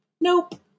Nope